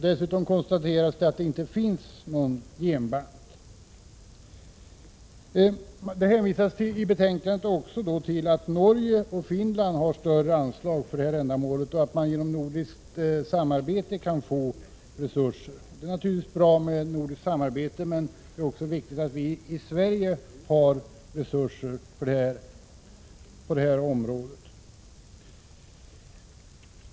Dessutom konstateras att det inte finns någon genbank. Det hänvisas i betänkandet också till att Norge och Finland har större anslag för detta ändamål och att man genom nordiskt samarbete kan få resurser. Det är naturligtvis bra med nordiskt samarbete, men det är också viktigt att vi i Sverige har resurser på detta område.